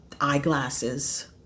eyeglasses